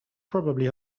probably